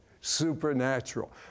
supernatural